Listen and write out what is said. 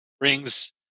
rings